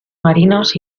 marinos